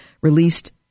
released